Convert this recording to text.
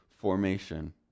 formation